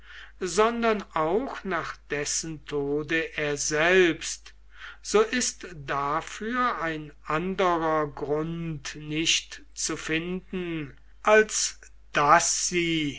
sondern auch nach dessen tode er selbst so ist dafür ein anderer grund nicht zu finden als daß sie